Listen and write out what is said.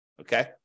Okay